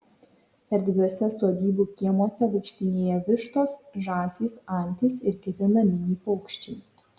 erdviuose sodybų kiemuose vaikštinėja vištos žąsys antys ir kiti naminiai paukščiai